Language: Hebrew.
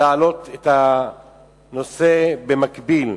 להעלות את הנושא במקביל.